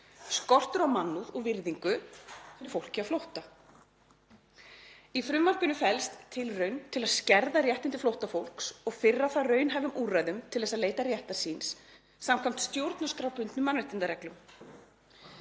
skortur á mannúð og virðingu fyrir fólki á flótta. Í frumvarpinu felst tilraun til að skerða réttindi flóttafólks og firra það raunhæfum úrræðum til að leita réttar síns samkvæmt stjórnarskrárbundnum mannréttindareglum.